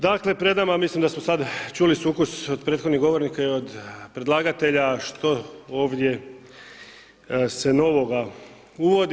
Dakle pred nama je, ja mislim da smo sada čuli sukus od prethodnih govornika i od predlagatelja što ovdje se novoga uvodi.